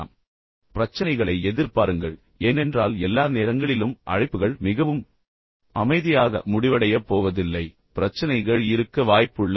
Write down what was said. நீங்கள் அழைப்பை மேற்கொள்ளும் போது பிரச்சனைகளை எதிர்பாருங்கள் ஏனென்றால் எல்லா நேரங்களிலும் அழைப்புகள் மிகவும் அமைதியாகவும் இணக்கமாகவும் முடிவடையப் போவதில்லை பிரச்சனைகள் இருக்க வாய்ப்புள்ளது